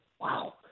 Wow